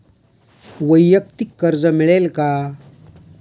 वैयक्तिक कर्ज मिळेल का?